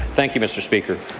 thank you, mr. speaker.